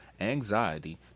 anxiety